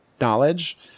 knowledge